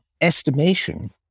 estimation